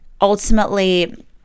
ultimately